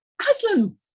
Aslan